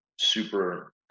Super